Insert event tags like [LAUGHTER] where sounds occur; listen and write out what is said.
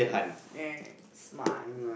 [NOISE] smart